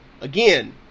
Again